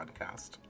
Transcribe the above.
podcast